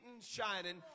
shining